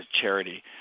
charity